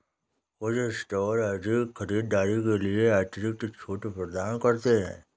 कुछ स्टोर अधिक खरीदारी के लिए अतिरिक्त छूट प्रदान करते हैं